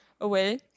away